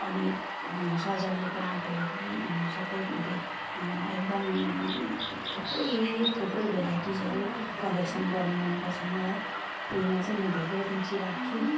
अनि सजाउने प्लान्टहरू पनि सबै एकदम थुप्रै थुप्रै भेराइटिसहरू कलेक्सन गर्नु मनपर्छ मलाई फुलमा चाहिँ म धेरै रुचि राख्छु